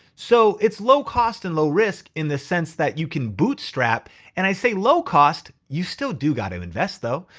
so it's low cost and low risk in the sense that you can but and i say low cost, you still do gotta invest though.